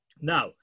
Now